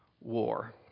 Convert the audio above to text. war